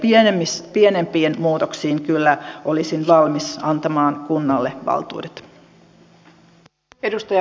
pienempiin muutoksiin kyllä olisin valmis antamaan kunnalle valtuudet